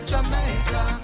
Jamaica